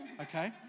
okay